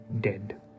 dead